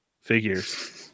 figures